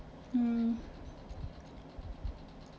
mm